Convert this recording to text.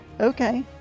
Okay